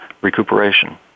recuperation